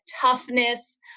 toughness